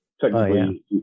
technically